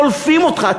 שולפים אותך,